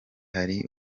hari